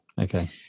Okay